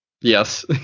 Yes